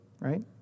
right